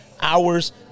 hours